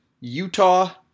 Utah